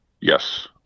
Yes